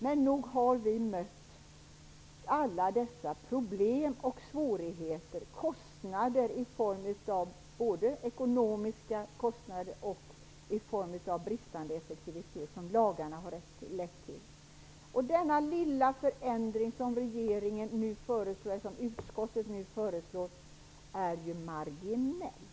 Men nog har vi mött alla dessa problem och svårigheter, kostnader och bristande effektivitet, som lagarna har lett till. Denna lilla förändring som utskottet nu föreslår är ju marginell.